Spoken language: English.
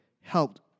helped